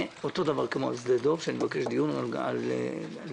כמו שאני מבקש דיון על שדה דב,